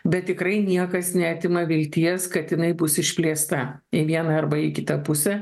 bet tikrai niekas neatima vilties kad jinai bus išplėsta į vieną arba į kitą pusę